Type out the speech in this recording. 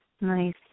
nice